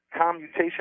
commutation